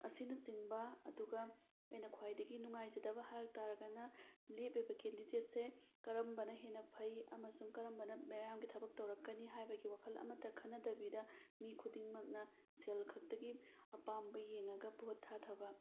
ꯑꯁꯤꯅꯆꯤꯡꯕ ꯑꯗꯨꯒ ꯑꯩꯅ ꯈ꯭ꯋꯥꯏꯗꯒꯤ ꯅꯨꯡꯉꯥꯏꯖꯗꯕ ꯍꯥꯏ ꯇꯥꯔꯒꯅ ꯂꯦꯞꯄꯤꯕ ꯀꯦꯟꯗꯤꯗꯦꯗꯁꯦ ꯀꯔꯝꯕꯅ ꯍꯦꯟꯅ ꯐꯩ ꯑꯃꯁꯨꯡ ꯀꯔꯝꯕꯅ ꯃꯤꯌꯥꯝꯒꯤ ꯊꯕꯛ ꯇꯧꯔꯛꯀꯅꯤ ꯍꯥꯏꯕꯒꯤ ꯋꯥꯈꯜ ꯑꯃꯇ ꯈꯟꯅꯗꯕꯤꯗ ꯃꯤ ꯈꯨꯗꯤꯡꯃꯛꯅ ꯁꯦꯜ ꯈꯛꯇꯒꯤ ꯑꯄꯥꯝꯕ ꯌꯦꯡꯉꯒ ꯚꯣꯠ ꯊꯥꯊꯕ